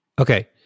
okay